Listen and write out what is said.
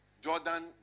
Jordan